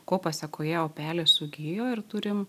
ko pasekoje opelė sugijo ir turim